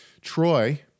Troy